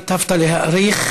היטבת להאריך.